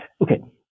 Okay